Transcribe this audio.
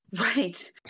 Right